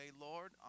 Lord